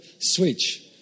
switch